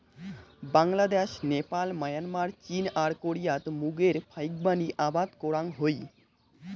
Bangladesh, Nepal, Myanmar, চীন আর কোরিয়াত মুগের ফাইকবানী আবাদ করাং হই